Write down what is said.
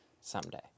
Someday